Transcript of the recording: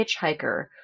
hitchhiker